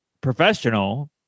professional